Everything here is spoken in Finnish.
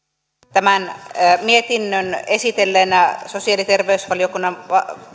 tämän mietinnön esitelleenä sosiaali ja terveysvaliokunnan